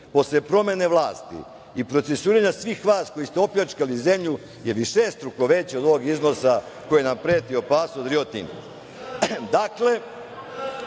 posle promene vlasti i procesuiranja svih vas koji ste opljačkali zemlju je višestruko veći od ovog iznosa kojim nam preti opasnost od "Rio